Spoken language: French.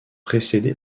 précédé